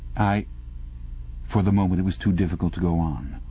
i for the moment it was too difficult to go on.